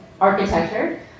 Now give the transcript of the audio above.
architecture